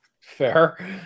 Fair